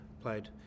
played